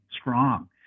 strong